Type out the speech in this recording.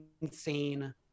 insane